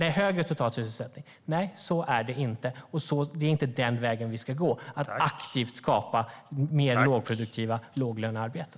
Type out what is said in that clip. Den väg vi ska gå är inte att aktivt skapa fler lågproduktiva låglönearbeten.